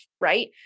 right